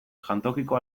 jantokiko